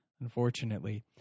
unfortunately